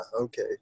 okay